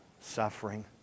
suffering